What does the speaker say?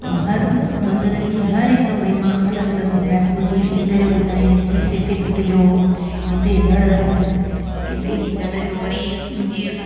ऐं हर मंदर जी हर हिकु महिमा अलॻि अलॻि ॿुधाए पियो दीप सिंग जो ॿुधायईं सीस हिते कटिजो हुओ हिते धड़ हुअसि हिते हीउ धड़ सॼो वरी जीअं